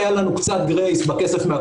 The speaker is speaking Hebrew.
אתם סיכמתם את זה עם האוצר?